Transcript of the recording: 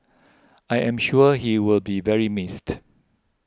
I am sure he will be very missed